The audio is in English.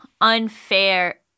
unfair